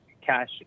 cash